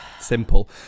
simple